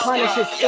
Punishes